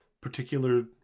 particular